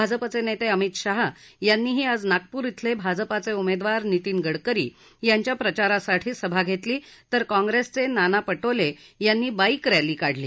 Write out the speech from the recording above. भाजपचे नेते अमित शाह यांनीही आज नागपूर इथले भाजपाचे उमेदवार नितीन गडकरी यांच्या प्रचारासाठी सभा घेतली तर काँग्रेसचे नाना पटोले यांनी बाईक रॅली काढली